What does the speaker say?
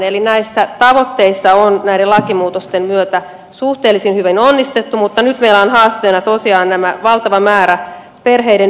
eli näissä tavoitteissa on näiden lakimuutosten myötä suhteellisen hyvin onnistuttu mutta nyt meillä on haasteena tosiaan valtava määrä perheenyhdistämishakemuksia